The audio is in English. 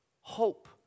hope